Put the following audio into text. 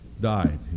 died